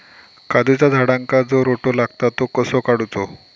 काजूच्या झाडांका जो रोटो लागता तो कसो काडुचो?